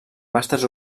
màsters